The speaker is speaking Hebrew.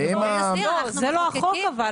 זה לא החוק אבל,